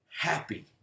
happy